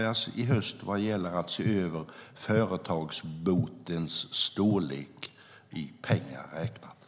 Arbete kommer att påbörjas i höst för att se företagsbotens storlek i pengar räknat.